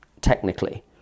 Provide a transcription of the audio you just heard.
technically